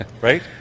Right